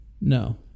No